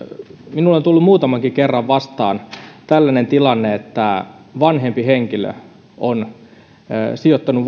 minulle on tullut muutamankin kerran vastaan tällainen tilanne että vanhempi henkilö on sijoittanut